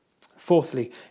Fourthly